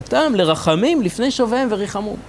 פתאום, לרחמים, לפני שוביהם וריחמו.